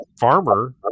farmer